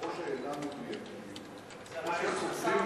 או שאינם מדויקים או שכותבים,